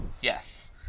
Yes